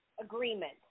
Agreement